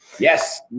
Yes